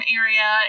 area